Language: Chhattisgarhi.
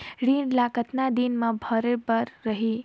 ऋण ला कतना दिन मा भरे बर रही?